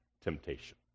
temptation